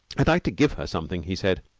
i'd like to give her something, he said.